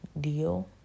deal